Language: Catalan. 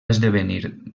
esdevenir